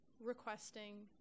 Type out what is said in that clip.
requesting